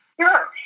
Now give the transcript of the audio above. Sure